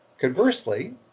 Conversely